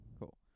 cool